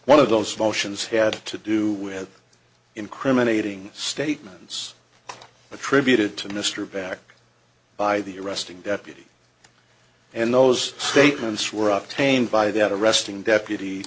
one of those motions had to do with incriminating statements attributed to mr beck by the arresting deputy and those statements were up tame by that arresting deputy